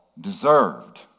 deserved